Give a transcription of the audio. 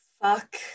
Fuck